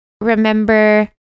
remember